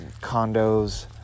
condos